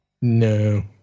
No